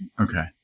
okay